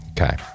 okay